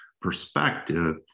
perspective